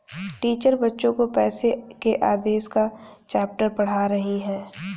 teacher बच्चो को पैसे के आदेश का चैप्टर पढ़ा रही हैं